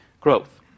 growth